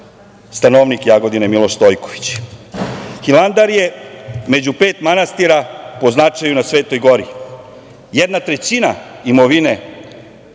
stanovnik Jagodine Miloš Stojković. Hilandar je među pet manastira po značaju na Svetoj gori. Jedna trećina imovine